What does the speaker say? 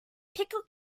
pickled